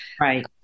Right